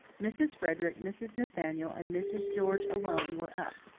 mrs. frederick, mrs. nathaniel and mrs. george alone were up.